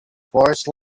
forest